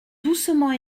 doucement